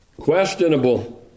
questionable